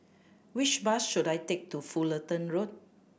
which bus should I take to Fullerton Road